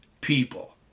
People